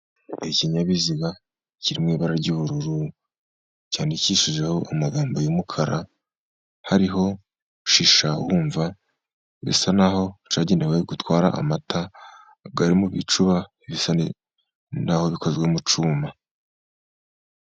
Ikinyabiziga kiri mu ibara ry'ubururu, cyandikishijeho amagambo y'umukara, hariho Shisha wumva, bisa n'aho cyagenewe gutwara amata ari mu bicuba bisa n'aho'ho bikozwe mu cyuma.